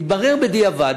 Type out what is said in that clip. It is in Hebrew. התברר בדיעבד,